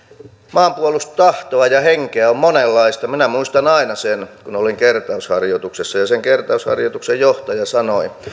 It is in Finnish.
maanpuolustustahtoa ja henkeä on monenlaista minä muistan aina sen kun olin kertausharjoituksissa ja sen kertausharjoituksen johtaja sanoi